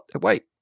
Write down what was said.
wait